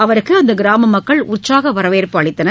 அவருக்கு அந்த கிராம மக்கள் உற்சாக வரவேற்பு அளித்தனர்